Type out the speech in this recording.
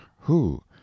Who